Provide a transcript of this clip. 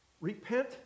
repent